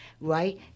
right